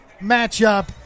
matchup